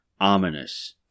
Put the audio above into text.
Ominous